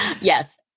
Yes